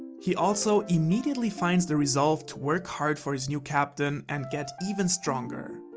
he also immediately finds the resolve to work hard for his new captain and get even stronger.